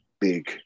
big